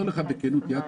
אני אומר לך בכנות, יעקב,